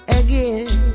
again